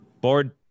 board